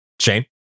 Shane